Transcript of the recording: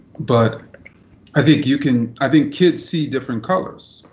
but i think you can i think kids see different colors.